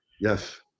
yes